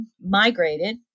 migrated